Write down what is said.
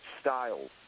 Styles